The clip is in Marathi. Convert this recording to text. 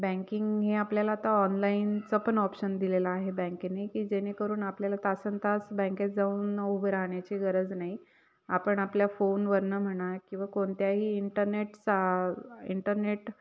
बँकिंग हे आपल्याला आता ऑनलाईनचं पण ऑप्शन दिलेलं आहे बँकेने की जेणेकरून आपल्याला तासनतास बँकेत जाऊन उभे राहण्याची गरज नाही आपण आपल्या फोनवरून म्हणा किंवा कोणत्याही इंटरनेटचा इंटरनेट